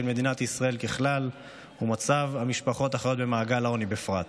מדינת ישראל ככלל ומצב המשפחות החיות במעגל העוני בפרט.